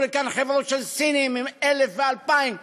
לכאן חברות של סינים עם 1,000 ו-2,000 איש.